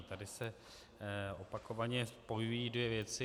Tady se opakovaně spojují dvě věci.